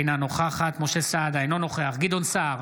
אינה נוכחת משה סעדה, אינו נוכח גדעון סער,